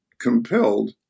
compelled